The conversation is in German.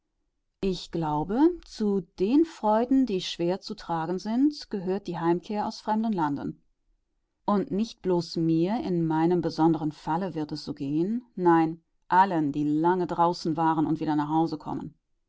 ich glaube zu den freuden die schwer zu tragen sind gehört die heimkehr aus fremden landen und nicht bloß mir in meinem besonderen falle wird es so gehen nein allen die lange draußen waren und wieder nach hause kommen